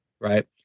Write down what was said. Right